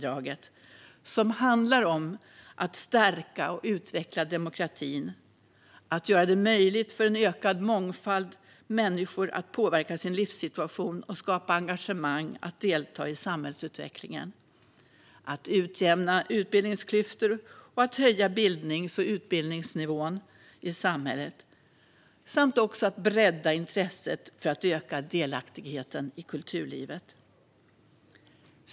Det handlar om att stärka och utveckla demokratin, att göra det möjligt för en ökad mångfald människor att påverka sin livssituation och skapa engagemang att delta i samhällsutvecklingen, att utjämna utbildningsklyftor och att höja bildnings och utbildningsnivån i samhället samt att bredda intresset för att öka delaktigheten i kulturlivet.